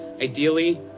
ideally